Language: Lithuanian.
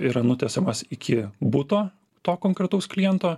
yra nutiesiamas iki buto to konkretaus kliento